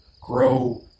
grow